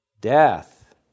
death